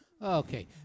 Okay